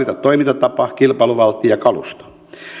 valita toimintatapa kilpailuvaltti ja kalusto